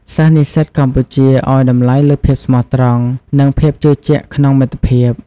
សិស្សនិស្សិតកម្ពុជាឲ្យតម្លៃលើភាពស្មោះត្រង់ និងភាពជឿជាក់ក្នុងមិត្តភាព។